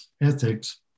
Ethics